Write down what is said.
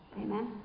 amen